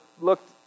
looked